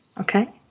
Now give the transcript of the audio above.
Okay